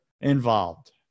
involved